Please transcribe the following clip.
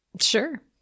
Sure